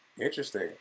Interesting